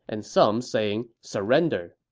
and some saying surrender.